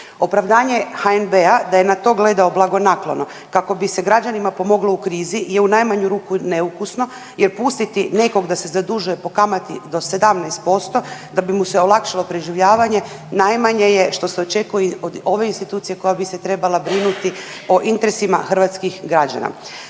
Opravdanje HNB-a da je na to gledao blagonaklono kako bi se građanima pomoglo u krizi je u najmanju ruku neukusno jer pustiti nekog da se zadužuje po kamati do 17% da bi mu se olakšalo preživljavanje najmanje je što se očekuje od ove institucije koja bi se trebala brinuti o interesima hrvatskih građani.